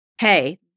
hey